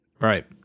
right